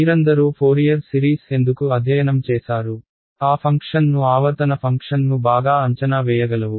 మీరందరూ Fourier series ఎందుకు అధ్యయనం చేసారు ఆ ఫంక్షన్ను ఆవర్తన ఫంక్షన్ ను బాగా అంచనా వేయగలవు